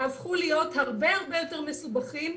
הפכו להיות הרבה הרבה יותר מסובכים,